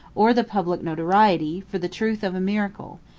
or the public notoriety, for the truth of a miracle,